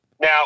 Now